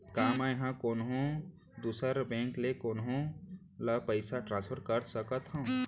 का मै हा कोनहो दुसर बैंक ले कोनहो ला पईसा ट्रांसफर कर सकत हव?